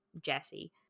Jesse